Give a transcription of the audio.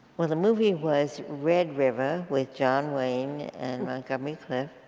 well the movie was red river with john wayne and montgomery clift.